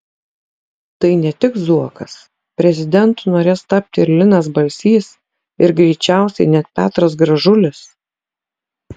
tai ne tik zuokas prezidentu norės tapti ir linas balsys ir greičiausiai net petras gražulis